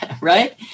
right